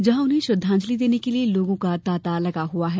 यहां उन्हें श्रद्धांजलि देने के लिय लोगों का तांता लगा हुआ है